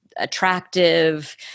attractive